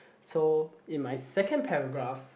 so in my second paragraph